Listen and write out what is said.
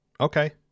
Okay